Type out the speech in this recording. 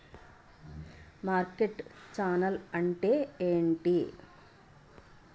Market channel అంటే ఏంటి?